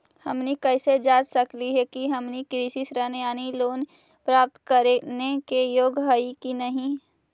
हमनी कैसे जांच सकली हे कि हमनी कृषि ऋण यानी लोन प्राप्त करने के योग्य हई कि नहीं?